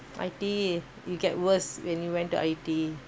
I_T_E it get worse when you went into I_T_E